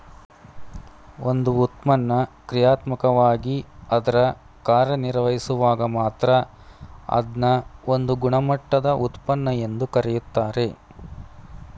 ಒಂದು ಉತ್ಪನ್ನ ಕ್ರಿಯಾತ್ಮಕವಾಗಿ ಅದ್ರ ಕಾರ್ಯನಿರ್ವಹಿಸುವಾಗ ಮಾತ್ರ ಅದ್ನ ಒಂದು ಗುಣಮಟ್ಟದ ಉತ್ಪನ್ನ ಎಂದು ಕರೆಯುತ್ತಾರೆ